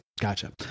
gotcha